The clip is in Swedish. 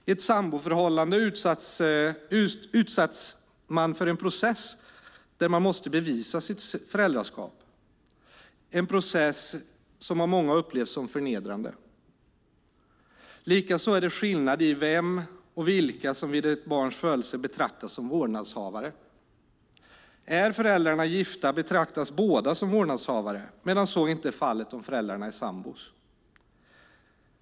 I ett samboförhållande utsätts man för en process där man måste bevisa sitt föräldraskap - en process som av många upplevs som förnedrande. Likaså är det skillnad i vem och vilka som vid ett barns födelse betraktas som vårdnadshavare. Är föräldrarna gifta betraktas båda som vårdnadshavare medan så inte är fallet om föräldrarna är sambor.